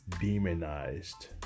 demonized